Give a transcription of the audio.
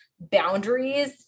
boundaries